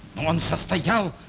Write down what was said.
on saturday yeah ah